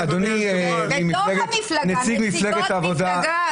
בתוך המפלגה נציגות מפלגה.